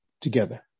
together